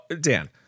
Dan